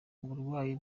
uburwayi